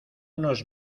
nos